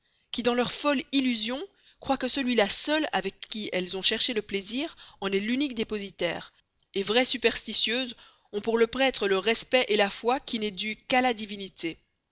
qui dans leur folle illusion croient que celui-là seul avec qui elles ont cherché le plaisir en est l'unique dépositaire vraies superstitieuses ont pour le prêtre le respect la foi qui n'est dû qu'à la divinité